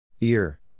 Ear